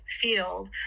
field